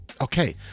Okay